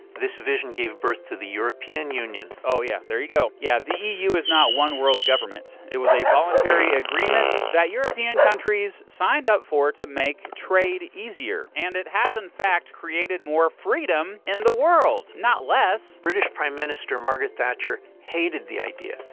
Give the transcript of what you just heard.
this vision gave birth to the european union. oh, yeah there you go. yeah, the eu is not one world government it was a voluntary agreement that european countries signed up for to make trade easier, and it has in fact created more freedom in and the world, not less. prageru british prime minister margaret thatcher hated the idea.